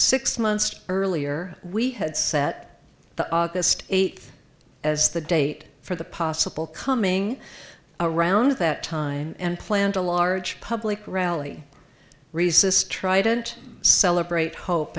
six months earlier we had set the august eighth as the date for the possible coming around that time and planned a large public rally resist trident celebrate hope